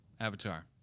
Avatar